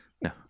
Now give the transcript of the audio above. No